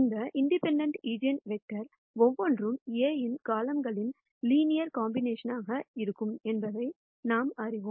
இந்த இண்டிபெண்டெண்ட் ஈஜென்வெக்டர்கள் ஒவ்வொன்றும் A இன் காலம்கள்களின் லீனியர் காம்பினேஷன் இருக்கும் என்பதையும் நாம் அறிவோம்